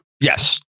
Yes